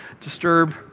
disturb